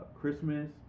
Christmas